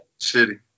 Shitty